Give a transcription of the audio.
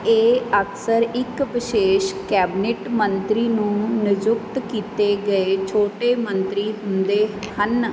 ਇਹ ਅਕਸਰ ਇੱਕ ਵਿਸ਼ੇਸ਼ ਕੈਬਨਿਟ ਮੰਤਰੀ ਨੂੰ ਨਿਯੁਕਤ ਕੀਤੇ ਗਏ ਛੋਟੇ ਮੰਤਰੀ ਹੁੰਦੇ ਹਨ